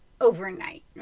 overnight